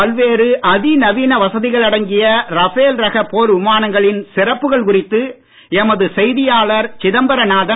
பல்வேறு அதி நவீன வசதிகள் அடங்கிய ரஃபேல் ரக போர் விமானங்களின் சிறப்புகள் குறித்து எமது செய்தியாளர் சிதம்பரநாதன்